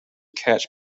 catch